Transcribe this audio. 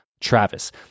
Travis